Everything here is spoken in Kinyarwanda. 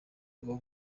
rwo